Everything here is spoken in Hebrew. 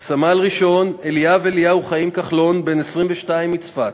סמל-ראשון אליאב אליהו חיים כחלון, בן 22, מצפת,